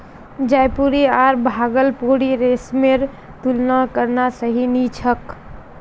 जयपुरी आर भागलपुरी रेशमेर तुलना करना सही नी छोक